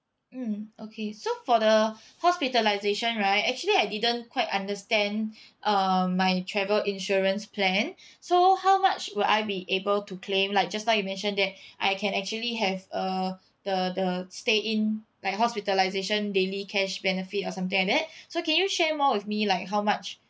mm okay so for the hospitalisation right actually I didn't quite understand um my travel insurance plan so how much would I be able to claim like just now you mentioned that I can actually have uh the the stay in like hospitalisation daily cash benefit or something like that so can you share more with me like how much